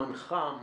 מנחה,